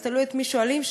אז תלוי את מי שואלים.